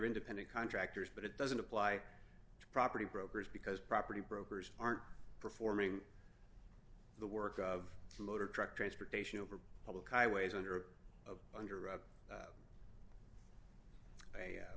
independent contractors but it doesn't apply to property brokers because property brokers aren't performing the work of motor truck transportation over public highways under a under a